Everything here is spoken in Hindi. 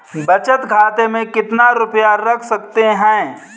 बचत खाते में कितना रुपया रख सकते हैं?